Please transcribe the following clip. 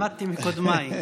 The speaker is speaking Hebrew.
למדתי מקודמיי.